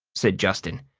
said justin.